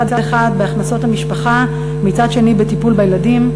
מצד אחד בהכנסות המשפחה ומצד שני בטיפול בילדים,